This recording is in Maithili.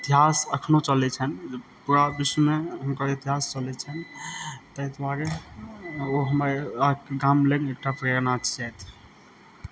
इतिहास अखनो चलै छनि पूरा विश्वमे हुनकर इतिहास चलै छनि ताहि दुआरे ओ हमर गाम लेल एकटा प्रेरणा छथि